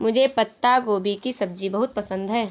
मुझे पत्ता गोभी की सब्जी बहुत पसंद है